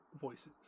voices